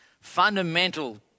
Fundamental